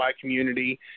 community